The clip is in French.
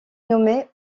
nommé